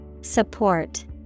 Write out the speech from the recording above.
Support